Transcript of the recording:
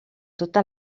tota